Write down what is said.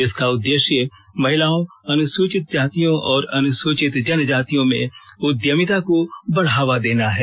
इसका उद्देश्य महिलाओं अनुसूचित जातियों और अनुसूचित जनजातियों में उद्यमिता को बढ़ावा देना है